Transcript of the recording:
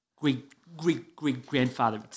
great-great-great-grandfather